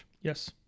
Yes